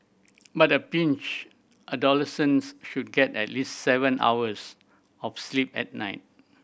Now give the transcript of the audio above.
but a pinch adolescents should get at least seven hours of sleep at night